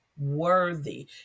worthy